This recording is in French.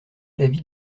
l’avis